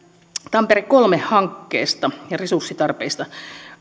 tampere kolme hankkeesta ja resurssitarpeista